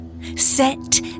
Set